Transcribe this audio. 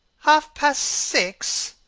half-past six!